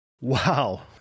Wow